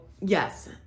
yes